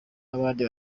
n’abandi